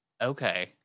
Okay